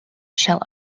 shall